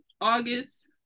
August